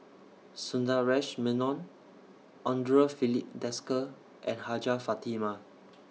Sundaresh Menon Andre Filipe Desker and Hajjah Fatimah